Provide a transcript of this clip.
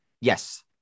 Yes